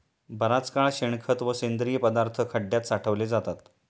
बराच काळ शेणखत व सेंद्रिय पदार्थ खड्यात साठवले जातात